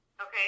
Okay